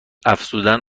افزودن